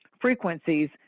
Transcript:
frequencies